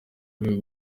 rwego